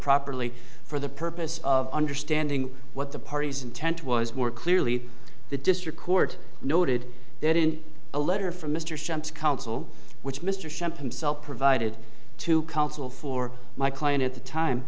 properly for the purpose of understanding what the parties intent was more clearly the district court noted that in a letter from mr shanks counsel which mr schempp himself provided to counsel for my client at the time